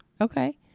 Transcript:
okay